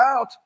out